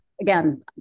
again